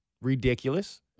ridiculous